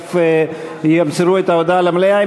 ותכף ימסרו את ההודעה למליאה.